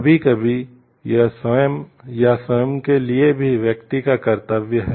कभी कभी यह स्वयं या स्वयं के लिए भी व्यक्ति का कर्तव्य है